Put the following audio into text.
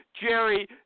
Jerry